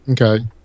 Okay